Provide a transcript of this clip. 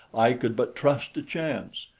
i could but trust to chance.